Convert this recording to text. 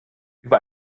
über